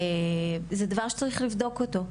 זה דבר שצריך לבדוק אותו,